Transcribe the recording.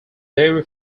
dairy